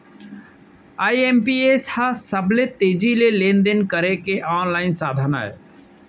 IMPS ह सबले तेजी से लेन देन करे के आनलाइन साधन अय